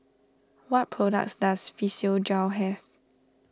what products does Physiogel have